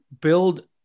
build